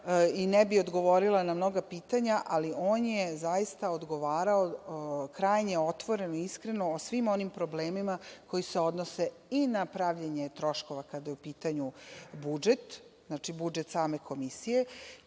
i ne bih odgovorila na mnoga pitanja, ali on je zaista odgovarao krajnje otvoreno, iskreno o svim onim problemima koji se odnose i na pravljenje troškova, kada je u pitanju budžet, znači budžet same komisije